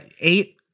eight